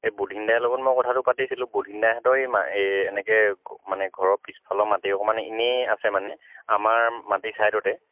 এই বুধিন দাইৰ লগত মই কথাটো পাতিছিলোঁ বুধিন দাইহঁতৰ এই এনেকৈ ঘৰৰ পিছফালৰ মাটি অকণমান এনেই আছে মানে আমাৰ মাটি ছাইডতে